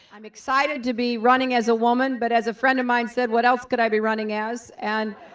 i'm excited to be running as a woman, but as a friend of mine said, what else could i be running as an.